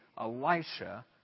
Elisha